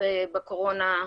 אבל נשאלה פה שאלה.